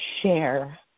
share